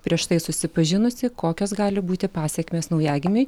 prieš tai susipažinusi kokios gali būti pasekmės naujagimiui